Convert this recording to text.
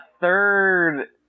third